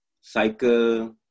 cycle